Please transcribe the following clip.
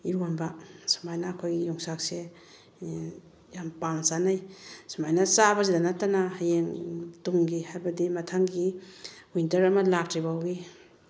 ꯏꯔꯣꯝꯕ ꯁꯨꯃꯥꯏꯅ ꯑꯩꯈꯣꯏꯒꯤ ꯌꯣꯡꯆꯥꯛꯁꯦ ꯌꯥꯝ ꯄꯥꯝꯅ ꯆꯥꯟꯅꯩ ꯁꯨꯃꯥꯏꯅ ꯆꯥꯕꯁꯤꯗ ꯅꯠꯇꯅ ꯍꯌꯦꯡ ꯇꯨꯡꯒꯤ ꯍꯥꯏꯕꯗꯤ ꯃꯊꯪꯒꯤ ꯋꯤꯟꯇꯔ ꯑꯃ ꯂꯥꯛꯇ꯭ꯔꯤꯐꯥꯎꯒꯤ